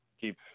keep